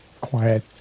quiet